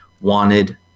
wanted